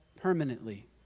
permanently